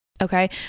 Okay